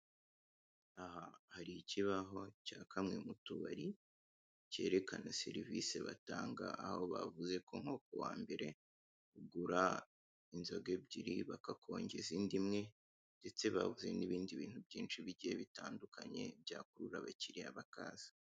Aha hari ikibaho cya kamwe mu tubari kerekana serivise batanga aho bavuze ko nko ku wambere ugura imboga ebyiri ugura inzoga ebyiri bakakongeza indi imwe ndetse bavuze n'ibindi bintu byinshi bigiye bitandukanye byakurura abakiriya bakaza.